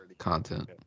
content